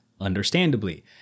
understandably